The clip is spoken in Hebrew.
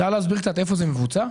אפשר להסביר קצת איפה זה מבוצע?